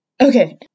Okay